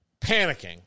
panicking